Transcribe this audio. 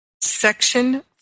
Section